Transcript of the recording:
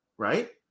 Right